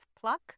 pluck